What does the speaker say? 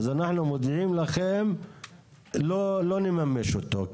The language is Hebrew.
אז אנחנו מודיעים לכם לא נממש אותו,